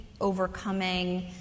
overcoming